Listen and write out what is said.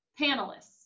Panelists